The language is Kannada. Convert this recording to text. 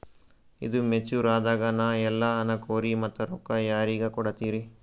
ಈದು ಮೆಚುರ್ ಅದಾಗ ನಾ ಇಲ್ಲ ಅನಕೊರಿ ಮತ್ತ ರೊಕ್ಕ ಯಾರಿಗ ಕೊಡತಿರಿ?